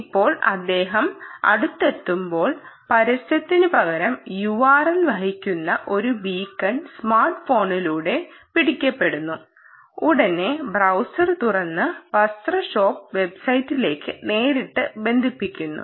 ഇപ്പോൾ അദ്ദേഹം അടുത്തെത്തുമ്പോൾ പരസ്യത്തിനുപകരം URL വഹിക്കുന്ന ഒരു ബീക്കൺ സ്മാർട്ട് ഫോണിലൂടെ പിടിക്കപ്പെടുന്നു ഉടനെ ബ്രൌസർ തുറന്ന് വസ്ത്ര ഷോപ്പ് വെബ്സൈറ്റിലേക്ക് നേരിട്ട് ബന്ധിപ്പിക്കുന്നു